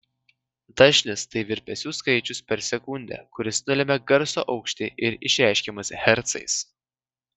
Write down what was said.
dažnis tai virpesių skaičius per sekundę kuris nulemia garso aukštį ir išreiškiamas hercais